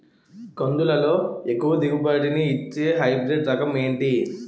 కందుల లో ఎక్కువ దిగుబడి ని ఇచ్చే హైబ్రిడ్ రకం ఏంటి?